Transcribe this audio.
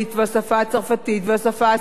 והשפה הספרדית,